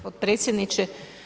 Potpredsjedniče.